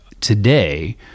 today